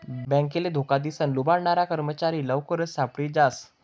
बॅकले धोका दिसन लुबाडनारा कर्मचारी लवकरच सापडी जास